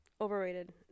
overrated